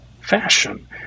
fashion